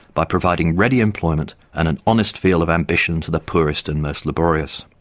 by providing ready employment and an honest field of ambition to the poorest and most laborious'.